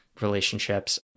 relationships